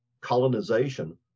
colonization